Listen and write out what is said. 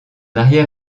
arrière